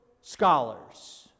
scholars